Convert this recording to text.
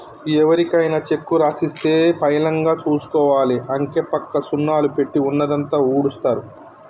ఎవరికైనా చెక్కు రాసిస్తే చాలా పైలంగా చూసుకోవాలి, అంకెపక్క సున్నాలు పెట్టి ఉన్నదంతా ఊడుస్తరు